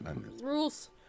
Rules